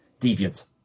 deviant